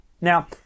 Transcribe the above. Now